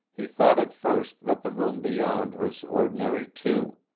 he thought at first that the room beyond was ordinary, too.